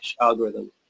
algorithm